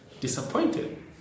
disappointed